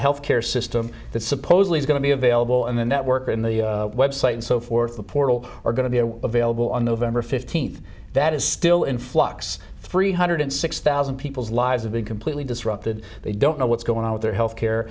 health care system that supposedly is going to be available in the network or in the website and so forth the portal are going to be available on the over fifteenth that is still in flux three hundred six thousand people's lives have been completely disrupted they don't know what's going on with their health care